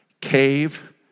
cave